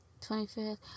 25th